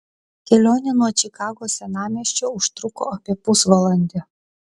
kelionė nuo čikagos senamiesčio užtruko apie pusvalandį